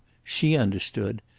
she understood!